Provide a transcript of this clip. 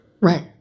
Right